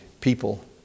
people